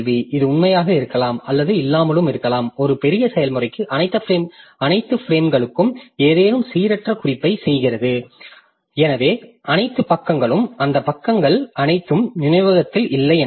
இது உண்மையாக இருக்கலாம் அல்லது இல்லாமலும் இருக்கலாம் ஒரு பெரிய செயல்முறை அனைத்து பிரேம்களுக்கும் ஏதேனும் சீரற்ற குறிப்பைச் செய்கிறது எனவே அனைத்து பக்கங்களும் அந்த பக்கங்கள் அனைத்தும் நினைவகத்தில் இல்லை என்றால்